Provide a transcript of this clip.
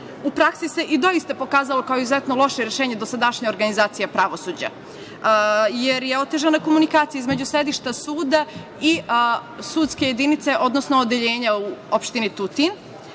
U praksi se i doista pokazalo kao izuzetno loše rešenje dosadašnja organizacija pravosuđa, jer je otežana komunikacija između sedišta suda i sudske jedinice, odnosno Odeljenja u opštini